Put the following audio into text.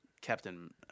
Captain